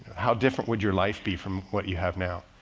how different would your life be from what you have now?